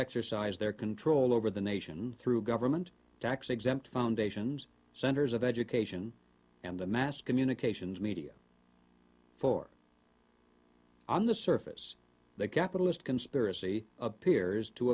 exercise their control over the nation through government tax exempt foundations centers of education and a mass communications media for on the surface the capitalist conspiracy appears to